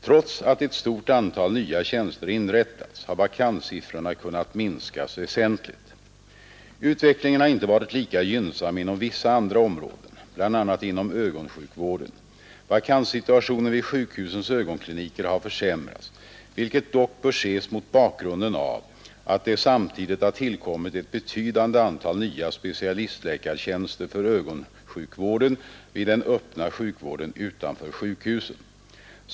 Trots att ett stort antal nya tjänster inrättats har vakanssiffrorna kunnat minskas väsentligt. Utvecklingen har inte varit lika gynnsam inom vissa andra områden, bl.a. inom ögonsjukvården. Vakanssituationen vid sjukhusens ögonkliniker har försämrats, vilket dock bör ses mot bakgrunden av att det samtidigt har tillkommit ett betydande antal nya specialistläkartjänster för ögonsjukvården vid den öppna sjukvården utanför sjukhusen.